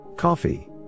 Coffee